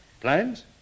Plans